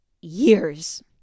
years